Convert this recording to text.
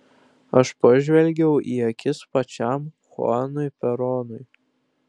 aš pažvelgiau į akis pačiam chuanui peronui